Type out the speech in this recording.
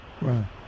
right